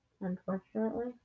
Unfortunately